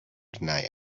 deny